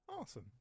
awesome